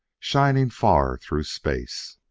shining far through space!